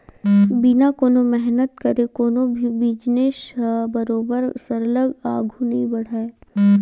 बिना कोनो मेहनत करे कोनो भी बिजनेस ह बरोबर सरलग आघु नइ बड़हय